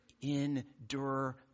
endure